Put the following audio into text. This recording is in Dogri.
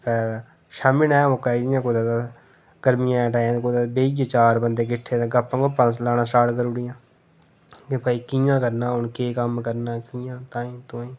कुतै शामी नै मौका जियां कुतै गर्मियै दे टाइम कुतै बेही गे चार बंदे किट्ठे ते गप्प गुप्प लाना स्टार्ट करूड़ियां कि भई कियां करना हून केह् कम्म करना कि'यां ताईं तुईं